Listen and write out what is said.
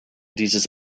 dieses